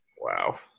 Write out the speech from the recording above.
Wow